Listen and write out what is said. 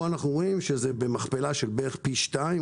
אנחנו רואים פה שזה במכפלה של בערך פי שניים,